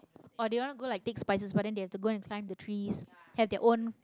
or they want to go like take spices but then they have to go and climb the trees have their own